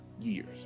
years